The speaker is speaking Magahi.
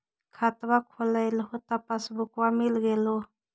खतवा खोलैलहो तव पसबुकवा मिल गेलो?